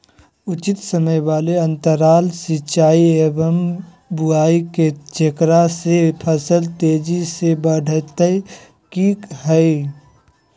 उचित समय वाले अंतराल सिंचाई एवं बुआई के जेकरा से फसल तेजी से बढ़तै कि हेय?